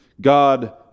God